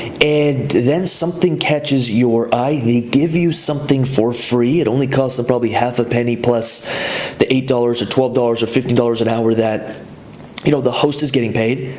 and then something catches your eye. they give you something for free. it only costs probably half a penny, plus the eight dollars or twelve dollars or fifty dollars an hour that you know the host is getting paid.